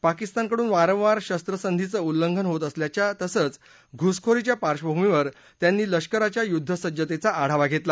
पाकिस्तानकडून वारंवार शस्त्रसंधीच उल्लंघन होत असल्याच्या तसंच घुसखोरीच्या पार्श्वभूमीवर त्यांनी लष्कराच्या युद्धसज्जतेचा आढावा घेतला